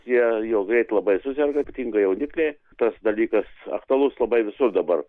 jie jau greit labai suserga ypatingai jaunikliai tas dalykas aktualus labai visur dabar